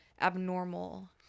abnormal